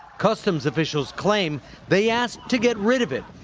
customs officials claim they asked to get rid of it,